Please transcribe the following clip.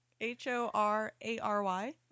H-O-R-A-R-Y